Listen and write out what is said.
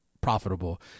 profitable